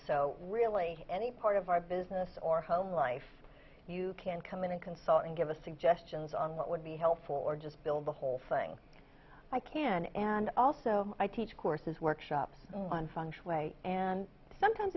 so really any part of our business or home life you can come in and consult and give us suggestions on what would be helpful or just build the whole thing i can and also i teach courses workshops on function way and sometimes